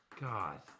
God